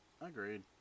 Agreed